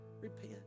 repent